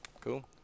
Cool